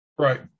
Right